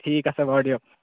ঠিক আছে বাৰু দিয়ক